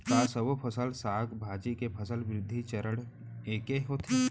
का सबो फसल, साग भाजी के फसल वृद्धि चरण ऐके होथे?